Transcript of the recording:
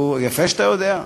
יפה שאתה יודע.